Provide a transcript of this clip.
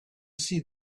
see